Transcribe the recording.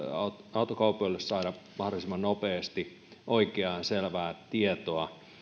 autokaupoille saada mahdollisimman nopeasti oikeaa selvää tietoa